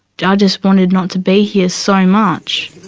yeah just wanted not to be here, so much.